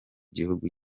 gihugu